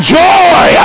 joy